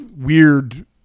weird